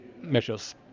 measures